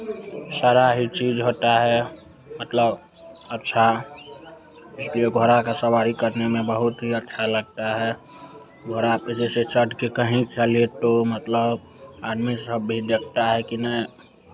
सारा ही चीज़ होता है मतलब अच्छा इसलिए घोड़ा का सवारी करने में बहुत ही अच्छा लगता है घोड़ा पे जैसे चढ़ के कहीं चले तो मतलब आदमी सब भी देखता है कि नहीं